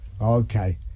Okay